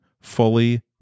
fully